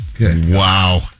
Wow